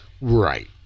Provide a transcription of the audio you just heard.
Right